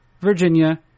Virginia